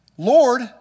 Lord